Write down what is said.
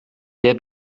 der